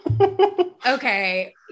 Okay